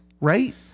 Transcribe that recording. right